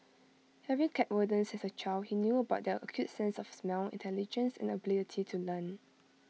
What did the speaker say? having kept rodents as A child he knew about their acute sense of smell intelligence and ability to learn